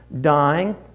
dying